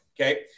Okay